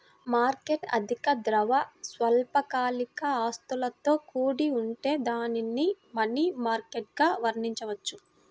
market అధిక ద్రవ, స్వల్పకాలిక ఆస్తులతో కూడి ఉంటే దానిని మనీ మార్కెట్గా వర్ణించవచ్చు